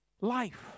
life